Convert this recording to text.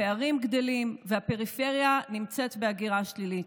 הפערים גדלים והפריפריה נמצאת בהגירה שלילית.